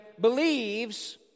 believes